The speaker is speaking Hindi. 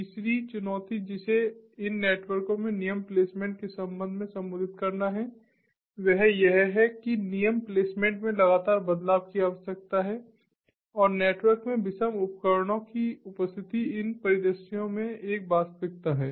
तीसरी चुनौती जिसे इन नेटवर्कों में नियम प्लेसमेंट के संबंध में संबोधित करना है वह यह है कि नियम प्लेसमेंट में लगातार बदलाव की आवश्यकता है और नेटवर्क में विषम उपकरणों की उपस्थिति इन परिदृश्यों में एक वास्तविकता है